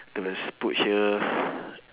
the rest put here